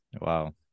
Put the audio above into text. Wow